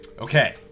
Okay